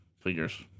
Figures